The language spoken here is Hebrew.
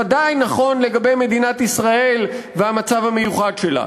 אבל זה בוודאי נכון לגבי מדינת ישראל במצב המיוחד שלה.